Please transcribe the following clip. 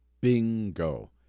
Bingo